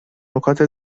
نکات